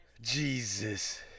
Jesus